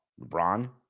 LeBron